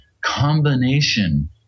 combination